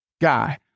guy